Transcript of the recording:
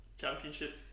championship